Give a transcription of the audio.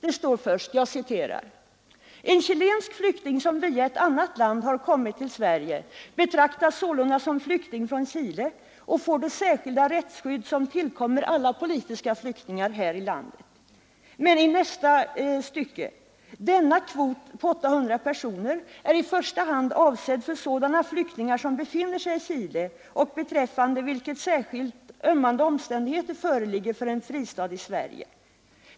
I andra stycket heter det: ”En chilensk flyktning som via ett annat land har kommit till Sverige betraktas sålunda som flykting från Chile och får det särskilda rättsskydd som tillkommer alla politiska flyktingar här i landet.” Men i nästa stycke står det: ”Denna kvot” — på 800 personer —” är i första hand avsedd för sådana flyktingar som befinner sig i Chile och beträffande vilka särskilt ömmande omständigheter föreligger för en fristad i Sverige.